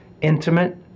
intimate